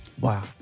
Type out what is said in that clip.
Wow